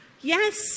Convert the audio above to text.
Yes